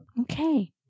Okay